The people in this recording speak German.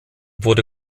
wurde